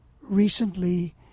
recently